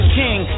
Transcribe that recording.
king